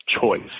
choice